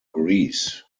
greece